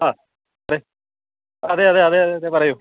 ആ അതെ അതെ അതെ അതെ അതെയതെ പറയൂ